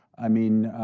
i mean.